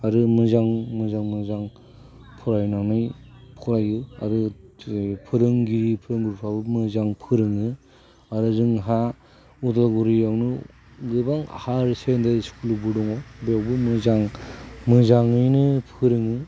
आरो मोजां मोजां फरायनानै फरायो आरो फोरोंगिरिफ्राबो मोजां फोरोङो आरो जोंहा उदालगुरियावनो गोबां हायार सेखेन्डारि स्कुलबो दङ बेयावबो मोजां मोजाङैनो फोरोङो